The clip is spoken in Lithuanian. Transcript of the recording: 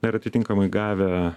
ir atitinkamai gavę